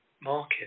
market